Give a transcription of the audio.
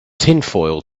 tinfoil